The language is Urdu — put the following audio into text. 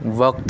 وقت